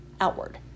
outward